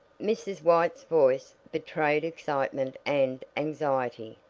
mrs. white's voice betrayed excitement and anxiety.